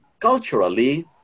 culturally